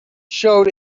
showed